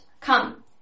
Come